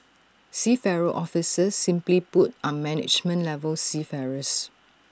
seafarer officers simply put are management level seafarers